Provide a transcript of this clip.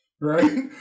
right